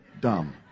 Dumb